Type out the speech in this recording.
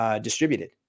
distributed